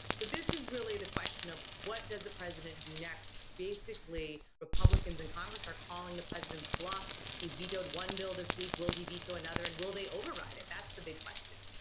so, this is really the question of, what does the president do next? basically, republicans in congress are calling the president's bluff. he's vetoed one bill this week. will he veto another? and will they override it? that's the big question.